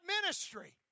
ministry